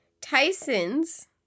tyson's